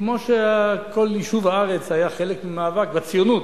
כמו שכל יישוב הארץ היה חלק ממאבק הציונות,